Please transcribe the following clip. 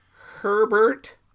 Herbert